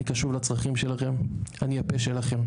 אני קשוב לצרכים שלכם, אני הפה שלכם,